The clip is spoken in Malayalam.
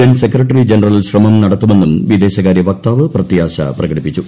എൻ സെക്രട്ടറി ജനറൽ ശ്രമം നടത്തുമെന്നും വിദേശകാര്യ വക്താവ് പ്രത്യാശ പ്രകടിപ്പിച്ചു